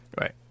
Right